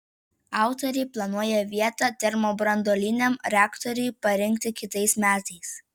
autoriai planuoja vietą termobranduoliniam reaktoriui parinkti kitais metais